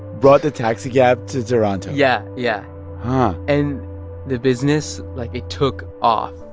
brought the taxicab to toronto yeah yeah, and the business like, it took off.